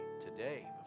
today